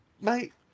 mate